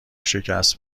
شکست